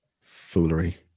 foolery